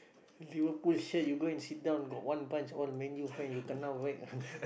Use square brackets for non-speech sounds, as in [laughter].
Liverpool shirt you go and sit down got one bunch all Man-U fan you kena whack ah [laughs]